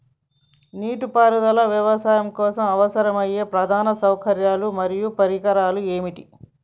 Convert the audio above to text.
నీటిపారుదల వ్యవసాయం కోసం అవసరమయ్యే ప్రధాన సౌకర్యాలు మరియు పరికరాలు ఏమిటి?